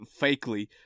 fakely